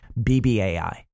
BBAI